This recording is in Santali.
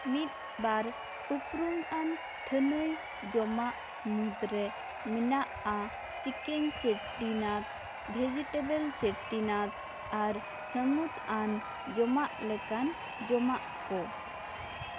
ᱢᱤᱫ ᱵᱟᱨ ᱩᱯᱨᱩᱢ ᱟᱱ ᱛᱷᱟᱹᱱᱟᱹᱭ ᱡᱚᱢᱟᱜ ᱢᱩᱫᱽᱨᱮ ᱢᱮᱱᱟᱜᱼᱟ ᱪᱤᱠᱮᱱ ᱪᱮᱴᱴᱤᱱᱟᱫᱽ ᱵᱷᱮᱡᱤᱴᱮᱵᱮᱞ ᱪᱮᱴᱴᱤᱱᱟᱫᱽ ᱟᱨ ᱥᱟ ᱢᱩᱫᱽ ᱟᱱ ᱡᱚᱢᱟᱜ ᱞᱮᱠᱟᱱ ᱡᱚᱢᱟᱜ ᱠᱚ